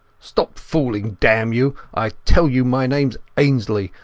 astop fooling, damn you! i tell you my nameas ainslie,